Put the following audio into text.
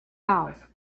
off